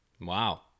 Wow